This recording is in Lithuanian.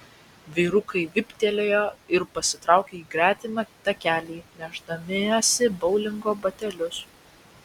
vyrukai vyptelėjo ir pasitraukė į gretimą takelį nešdamiesi boulingo batelius